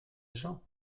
gens